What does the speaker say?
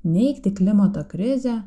neigti klimato krizę